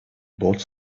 bought